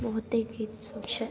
बहुते गीतसब छै